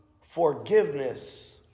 forgiveness